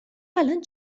الان